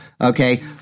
Okay